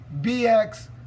BX